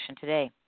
today